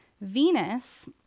Venus